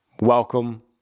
Welcome